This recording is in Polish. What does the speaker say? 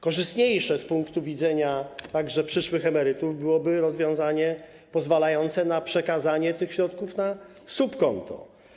Korzystniejsze z punktu widzenia przyszłych emerytów byłoby rozwiązanie pozwalające na przekazanie tych środków na subkonto.